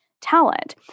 talent